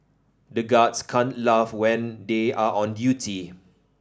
the guards can't laugh when they are on duty